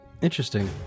Interesting